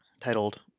titled